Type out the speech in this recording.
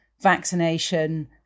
vaccination